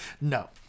No